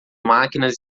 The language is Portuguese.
máquinas